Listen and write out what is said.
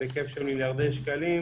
בהיקף של מיליארדי שקל,